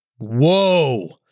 whoa